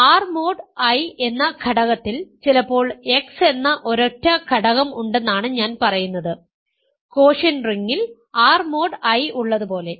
R mod I എന്ന ഘടകത്തിൽ ചിലപ്പോൾ x എന്ന ഒരൊറ്റ ഘടകം ഉണ്ടെന്നാണ് ഞാൻ പറയുന്നത് കോഷ്യന്റ് റിങ്ങിൽ R മോഡ് I ഉള്ളതുപോലെ